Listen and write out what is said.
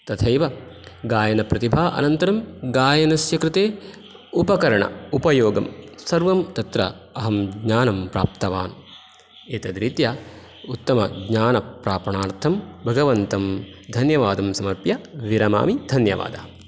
तथैव गायनप्रतिभा अनन्तरं गायनस्य कृते उपकरण उपयोगं सर्वं तत्र अहं ज्ञानं प्राप्तवान् एतद्रीत्या उत्तमज्ञानप्रापणार्थं भगवन्तं धन्यवादं समर्प्य विरमामि धन्यवादः